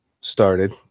started